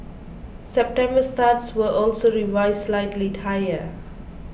September starts were also revised slightly higher